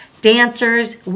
Dancers